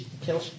kill